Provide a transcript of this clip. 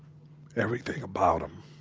everything about him.